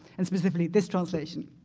and specifically this translation.